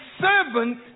servant